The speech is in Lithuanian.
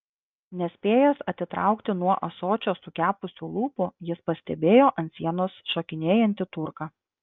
nespėjęs atitraukti nuo ąsočio sukepusių lūpų jis pastebėjo ant sienos šokinėjantį turką